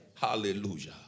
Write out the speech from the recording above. Hallelujah